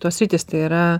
tos sritys tai yra